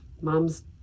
mom's